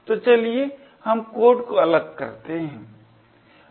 तो चलिए हम कोड को अलग करते है